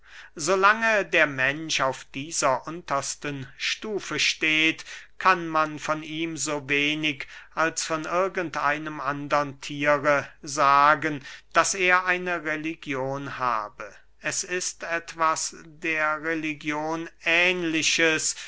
lange der mensch auf dieser untersten stufe steht kann man von ihm so wenig als von irgend einem andern thiere sagen daß er eine religion habe es ist etwas der religion ähnliches